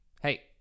hey